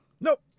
Nope